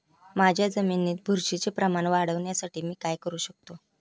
माझ्या जमिनीत बुरशीचे प्रमाण वाढवण्यासाठी मी काय करू शकतो?